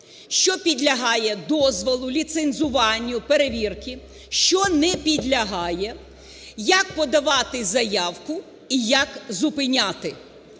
що підлягає дозволу, ліцензуванню, перевірки, що не підлягає, як подавати заявку і як зупиняти.